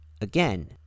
again